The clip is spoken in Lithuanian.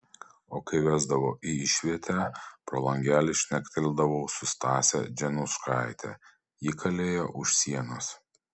o kai vesdavo į išvietę pro langelį šnekteldavau su stase dzenuškaite ji kalėjo už sienos